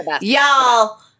y'all